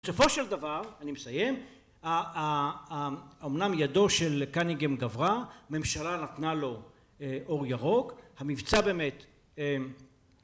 בסופו של דבר אני מסיים אמנם ידו של קנינגם גברה ממשלה נתנה לו אור ירוק המבצע באמת